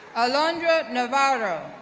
alondra navarro,